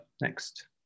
next